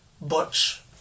Butch